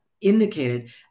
indicated